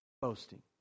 boasting